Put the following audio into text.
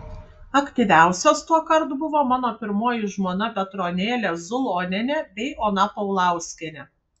aktyviausios tuokart buvo mano pirmoji žmona petronėlė zulonienė bei ona paulauskienė